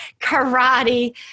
karate